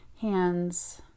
hands